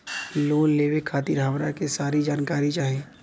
Loan लेवे खातीर हमरा के सारी जानकारी चाही?